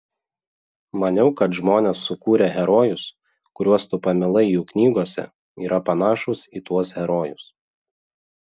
maniau kad žmonės sukūrę herojus kuriuos tu pamilai jų knygose yra panašūs į tuos herojus